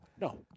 No